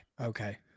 Okay